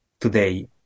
today